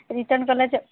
return କଲେ ଚ